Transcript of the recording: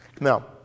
Now